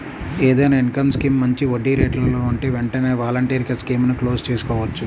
ఏదైనా income scheme మంచి వడ్డీరేట్లలో ఉంటే వెంటనే వాలంటరీగా స్కీముని క్లోజ్ చేసుకోవచ్చు